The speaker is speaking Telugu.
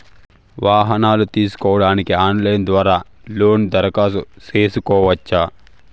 వాహనాలు తీసుకోడానికి ఆన్లైన్ ద్వారా లోను దరఖాస్తు సేసుకోవచ్చా?